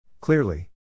Clearly